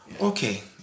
okay